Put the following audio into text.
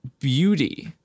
beauty